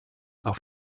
auf